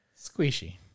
Squishy